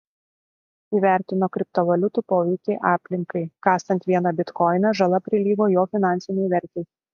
įvertino kriptovaliutų poveikį aplinkai kasant vieną bitkoiną žala prilygo jo finansinei vertei